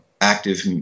active